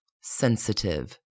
sensitive